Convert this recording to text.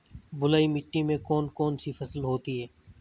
बलुई मिट्टी में कौन कौन सी फसल होती हैं?